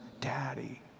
daddy